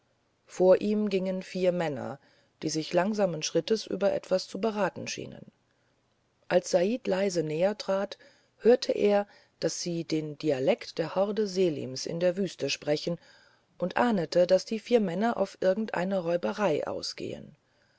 vor ihm gingen vier männer die sich langsamen schrittes über etwas zu beraten schienen als said leise näher trat hörte er daß sie den dialekt der horde selims in der wüste sprechen und ahnete daß die vier männer auf irgendeine räuberei ausgehen